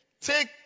Take